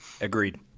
Agreed